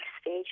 stage